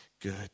good